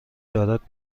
دارد